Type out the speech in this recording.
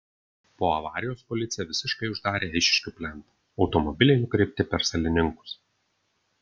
po avarijos policija visiškai uždarė eišiškių plentą automobiliai nukreipti per salininkus